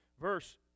Verse